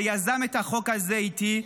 שיזם את החוק הזה איתי,